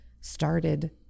started